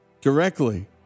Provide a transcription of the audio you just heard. directly